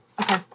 Okay